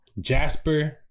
Jasper